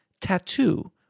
Tattoo